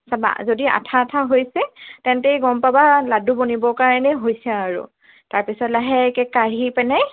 চাবা যদি আঠা আঠা হৈছে তেন্তে গম পাবা লাডু বনিব কাৰণে হৈছে আৰু তাৰপিছত লাহেকে কাঢ়ি পেলাই